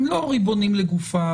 הם לא ריבונים לגופם,